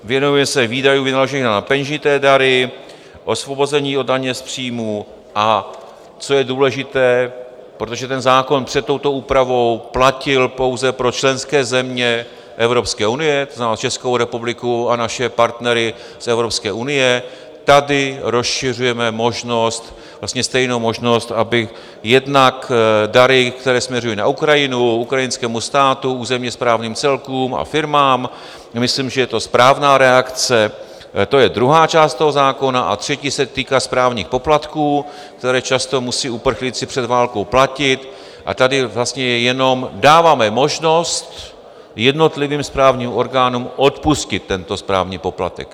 Věnujeme se výdajům vynaloženým na peněžité dary, osvobození od daně z příjmů, a co je důležité, protože ten zákon před touto úpravou platil pouze pro členské země Evropské unie, to znamená Českou republiku a naše partnery z Evropské unie, tady rozšiřujeme vlastně stejnou možnost, aby jednak dary, které směřují na Ukrajinu, ukrajinskému státu, územněsprávním celkům a firmám myslím, že je to správná reakce, to je druhá část toho zákona, a třetí se týká správních poplatků, které často musejí uprchlíci před válkou platit, a tady vlastně jenom dáváme možnost jednotlivým správním orgánům odpustit tento správní poplatek.